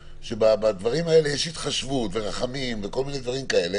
שבדברים האלה יש התחשבות ורחמים וכול מיני דברים כאלה